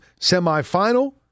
Semifinal